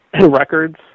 records